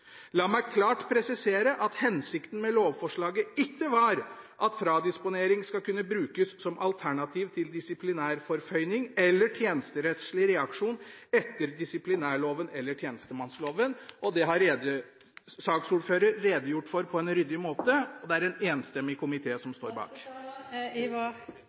La meg klart presisere at hensikten med lovforslaget ikke var at fradisponering skal kunne brukes som alternativ til disiplinærforføyning eller tjenesterettslig reaksjon etter disiplinærloven eller tjenestemannsloven. Det har saksordføreren redegjort for på en ryddig måte, og det er en enstemmig